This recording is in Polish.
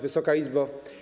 Wysoka Izbo!